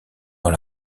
dans